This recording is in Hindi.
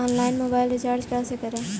ऑनलाइन मोबाइल रिचार्ज कैसे करें?